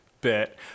bit